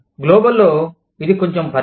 global లో ఇది కొంచెం పరిధి